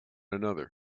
another